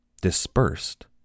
dispersed